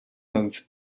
length